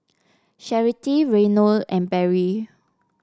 Charity Reynold and Barry